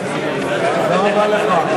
לא נתקבלה.